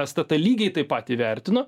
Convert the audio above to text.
stt lygiai taip pat įvertino